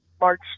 March